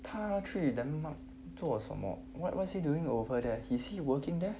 他去 denmark 做什么 what what is he doing over there is he working there